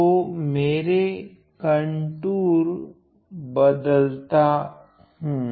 तो मैं मेरा कंटूर बदता हूँ